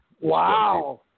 Wow